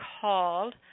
called